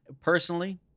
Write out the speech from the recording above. personally